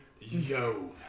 Yo